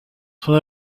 son